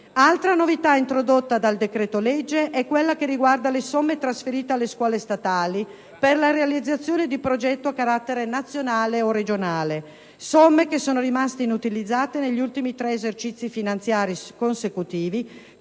Altra novità introdotta dal decreto-legge è quella che riguarda le somme trasferite alle scuole statali per la realizzazione di progetti a carattere nazionale e regionale, somme che sono rimaste inutilizzate negli ultimi tre esercizi finanziari consecutivi,